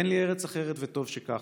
אין לי ארץ אחרת, וטוב שכך.